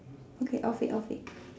okay off it off it